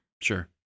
Sure